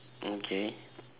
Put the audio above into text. okay